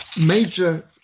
major